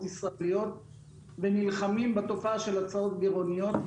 ישראליות ונלחמים בתופעה של הצעות גירעוניות.